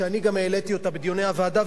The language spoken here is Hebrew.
שאני גם העליתי אותה בדיוני הוועדה,